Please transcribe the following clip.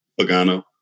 Pagano